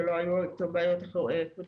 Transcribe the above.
שלא היו איתו בעיות קודמות,